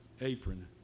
apron